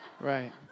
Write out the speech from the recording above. Right